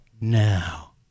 now